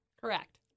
Correct